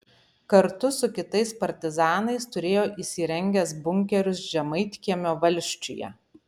kartu su kitais partizanais turėjo įsirengęs bunkerius žemaitkiemio valsčiuje